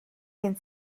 gen